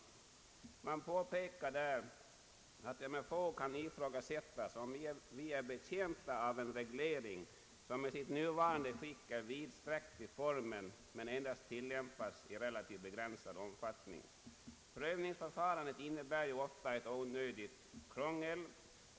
Motionärerna påpekar att det med fog kan ifrågasättas om vi är betjänta av en reglering, som i sitt nuvarande skick alltjämt är vidsträckt i formen men tillämpas endast i relativt begränsad utsträckning. Prövningsförfarandet innebär ofta ett onödigt krångel.